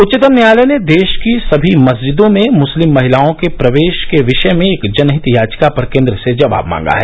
उच्चतम न्यायालय ने देश की सभी मस्जिदों में मुस्लिम महिलाओं के प्रवेश के विषय में एक जनहित याचिका पर केंद्र से जवाब मांगा है